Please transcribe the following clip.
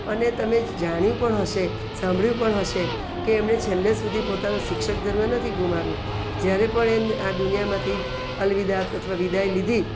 અને તમે જાણ્યું પણ હશે સાંભળ્યું પણ હશે કે એમને છેલ્લે સુધી પોતાનું શિક્ષક ધર્મ નથી ગુમાવ્યો જ્યારે પણ એમણે આ દુનિયામાંથી અલવિદા અથવા વિદાઈ લીધી